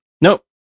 Nope